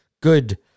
good